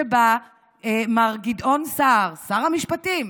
שבה מר גדעון סער שר המשפטים,